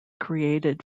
created